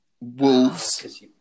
Wolves